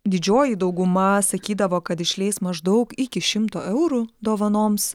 didžioji dauguma sakydavo kad išleis maždaug iki šimto eurų dovanoms